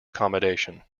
accommodation